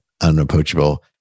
unapproachable